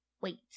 Wait